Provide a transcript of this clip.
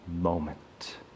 moment